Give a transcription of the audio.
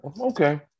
Okay